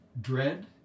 dread